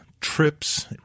trips